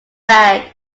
bag